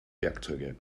werkzeuge